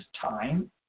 time